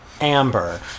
amber